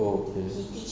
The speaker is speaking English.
oh okay